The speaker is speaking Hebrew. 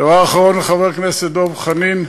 דבר אחרון, לחבר הכנסת דב חנין,